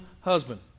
husband